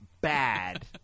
bad